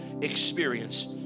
experience